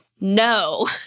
no